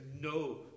no